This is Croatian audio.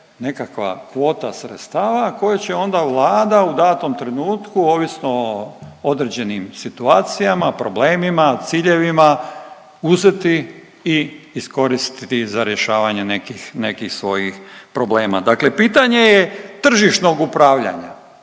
nekakva kvota sredstava koju će onda Vlada u datom trenutku ovisno o određenim situacijama, problemima, ciljevima, uzeti i iskoristiti za rješavanje nekih, nekih svojih problema. Dakle pitanje je tržišnog upravljanja